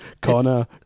connor